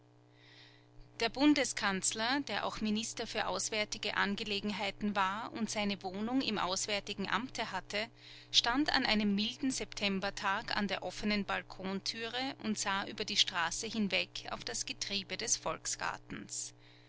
der bundeskanzler der auch minister für auswärtige angelegenheiten war und seine wohnung im auswärtigen amte hatte stand an einem milden septembertag an der offenen balkontüre und sah über die straße hinweg auf das getriebe des volksgartens